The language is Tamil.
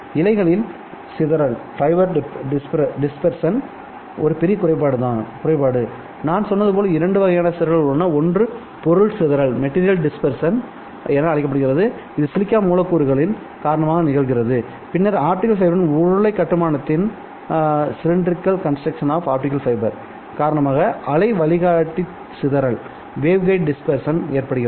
இழைகளில் சிதறல் ஒரு பெரிய குறைபாடுநான் சொன்னது போல் இரண்டு வகையான சிதறல்கள் உள்ளன ஒன்று பொருள் சிதறல் என அழைக்கப்படுகிறது இது சிலிக்கா மூலக்கூறுகளின் காரணமாக நிகழ்கிறது பின்னர் ஆப்டிகல் ஃபைபரின் உருளை கட்டுமானத்தின் காரணமாக அலை வழிகாட்டி சிதறல் ஏற்படுகிறது